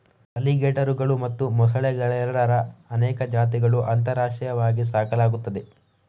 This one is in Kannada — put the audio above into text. ಅಲಿಗೇಟರುಗಳು ಮತ್ತು ಮೊಸಳೆಗಳೆರಡರ ಅನೇಕ ಜಾತಿಗಳನ್ನು ಅಂತಾರಾಷ್ಟ್ರೀಯವಾಗಿ ಸಾಕಲಾಗುತ್ತದೆ